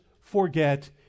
forget